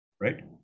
right